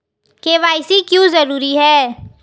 KYC क्यों जरूरी है?